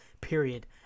period